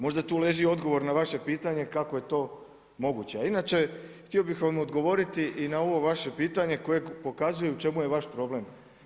Možda tu leži odgovor na vaše pitanje kako je to moguće a inače htio bih vam odgovoriti i na ovo vaše pitanje koje pokazuje u čemu je vaš problem.